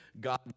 God